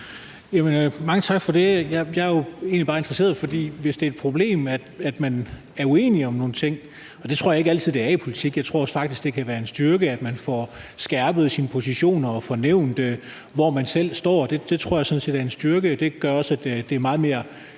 Mange tak for det. Jeg er egentlig bare interesseret i, om det er et problem, at man er uenige om nogle ting. Det tror jeg ikke altid det er i politik. Jeg tror faktisk også, det kan være en styrke, at man får skærpet sine positioner og får nævnt, hvor man selv står. Det tror jeg sådan set er en styrke, og det gør også, at det er meget mere